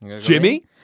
Jimmy